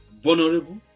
Vulnerable